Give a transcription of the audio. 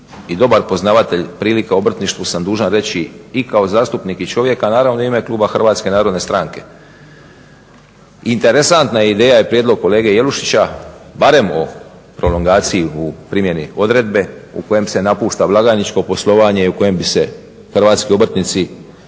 i dobar poznavatelj prilika u obrtništvu sam dužan reći i kao zastupnik i čovjek, a naravno i u ime kluba HNS-a. Interesantna ideja je prijedlog kolege Jelušića, barem o prolongaciji u primjeni odredbe u kojem se napušta blagajničko poslovanje i u kojem bi se hrvatski obrtnici